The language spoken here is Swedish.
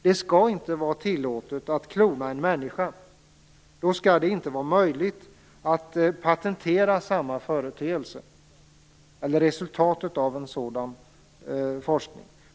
Det skall inte vara tillåtet att klona en människa. Då skall det inte heller vara möjligt att patentera resultatet av en sådan forskning.